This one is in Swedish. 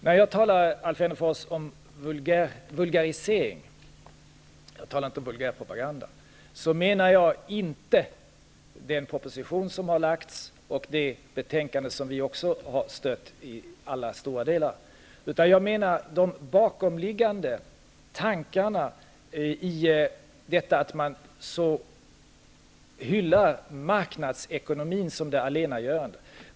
När jag talade om vulgarisering -- jag talade inte om vulgärpropaganda -- menade jag inte den proposition som har lagts och det betänkande som vi också har stött i alla delar, utan jag menade de bakomliggande tankarna, att man så hyllar marknadsekonomin som det allena saliggörande.